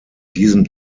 diesem